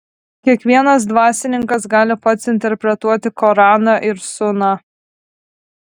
kiekvienas dvasininkas gali pats interpretuoti koraną ir suną